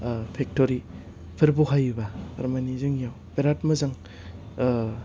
ओह फेक्टरि फोर बहायोबा थारमानि जोंनियाव बेराद मोजां ओह